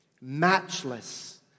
Matchless